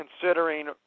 considering